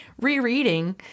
rereading